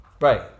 Right